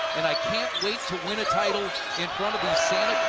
and i can't wait to win a title in front